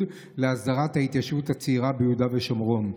להסדרת ההתיישבות הצעירה ביהודה ושומרון.